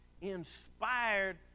inspired